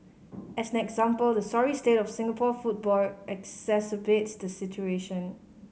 as an example the sorry state of Singapore football exacerbates the situation